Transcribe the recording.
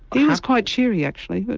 he was quite cheery actually,